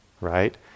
right